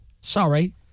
sorry